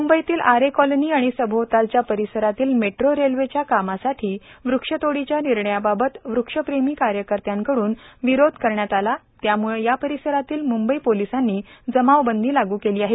म्बईतील Aarey colony आणि सभोवतालच्या परीसरातील मेट्रो रेल्वेच्या कामासाठी वृक्षतोडीच्या निर्णयाबाबत वृक्षप्रेमी कार्यकत्र्यांकडून विरोध करण्यात आला त्यामूळं यापरिसरात मुंबई पोलीसांनी जमावबंदी लागू केली आहे